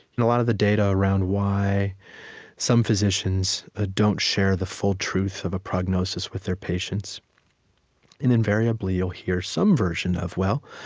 and a lot of the data around why some physicians ah don't share the full truth of a prognosis with their patients and, invariably, you'll hear some version of, well,